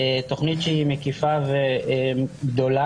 תוכנית שהיא מקיפה וגדולה,